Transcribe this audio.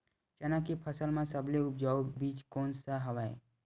चना के फसल म सबले उपजाऊ बीज कोन स हवय?